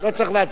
לא צריך להצביע.